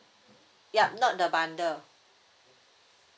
yup not the bundle